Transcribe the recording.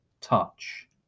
touch